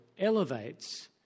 elevates